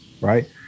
right